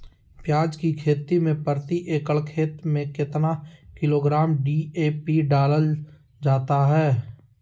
प्याज की खेती में प्रति एकड़ खेत में कितना किलोग्राम डी.ए.पी डाला जाता है?